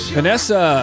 Vanessa